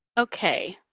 okay,